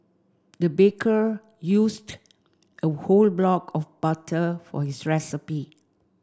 the baker used a whole block of butter for his recipe